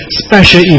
special